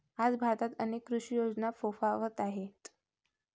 आज भारतात अनेक कृषी योजना फोफावत आहेत